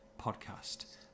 podcast